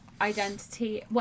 identity